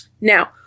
Now